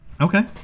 Okay